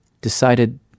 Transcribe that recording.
decided